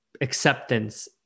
Acceptance